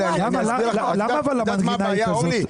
למה המנגינה היא כזאת?